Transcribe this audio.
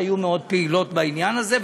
שהיו מאוד פעילות בעניין הזה,